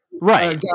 right